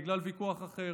היא בגלל ויכוח אחר?